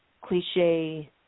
cliche